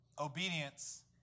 Obedience